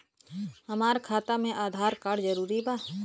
हमार खाता में आधार कार्ड जरूरी बा?